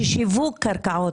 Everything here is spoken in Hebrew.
ששיווק קרקעות,